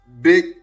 Big